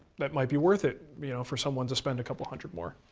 that might be worth it you know for someone to spend a couple hundred more.